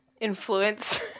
influence